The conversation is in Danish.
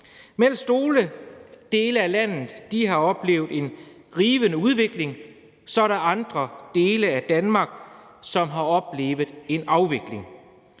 Mens nogle dele af landet har oplevet en rivende udvikling, er der andre dele af Danmark, som har oplevet en afvikling.